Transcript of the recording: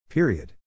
Period